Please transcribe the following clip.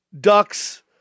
ducks